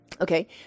Okay